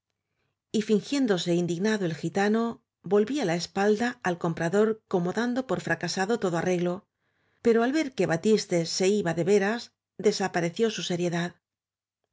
fingiéndose indignado el gitano volvía la espalda al comprador como dando por fraca sado todo arreglo pero al ver que batiste se iba de veras desapareciójsu seriedad